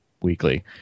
weekly